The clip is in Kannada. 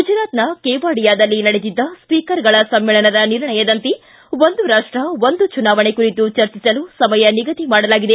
ಗುಜರಾತ್ನ ಕೆವಾಡಿಯಾದಲ್ಲಿ ನಡೆದಿದ್ದ ಸ್ವೀಕರ್ಗಳ ಸಮ್ನೇಳನದ ನಿರ್ಣಯದಂತೆ ಒಂದು ರಾಷ್ಷ ಒಂದು ಚುನಾವಣೆ ಕುರಿತು ಚರ್ಚಿಸಲು ಸಮಯ ನಿಗದಿ ಮಾಡಲಾಗಿದೆ